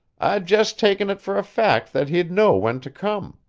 i'd just taken it for a fact that he'd know when to come.